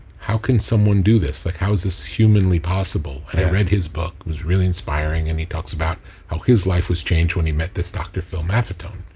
how can someone do this? like how is this humanly possible? i read his book, it was really inspiring. and he talks about how his life was changed when he met this dr. phil maffetone.